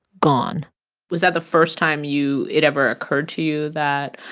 gone was that the first time you it ever occurred to you that